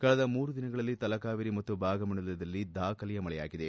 ಕಳೆದ ಮೂರು ದಿನಗಳಲ್ಲಿ ತಲಕಾವೇರಿ ಮತ್ತು ಭಾಗಮಂಡಲದಲ್ಲಿ ದಾಖಲೆಯ ಮಳೆಯಾಗಿದೆ